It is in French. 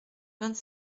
vingt